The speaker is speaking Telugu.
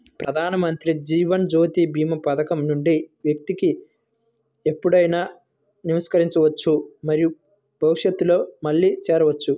ప్రధానమంత్రి జీవన్ జ్యోతి భీమా పథకం నుండి వ్యక్తి ఎప్పుడైనా నిష్క్రమించవచ్చు మరియు భవిష్యత్తులో మళ్లీ చేరవచ్చు